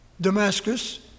Damascus